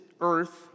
earth